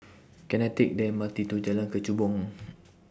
Can I Take The M R T to Jalan Kechubong